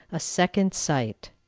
a second sight.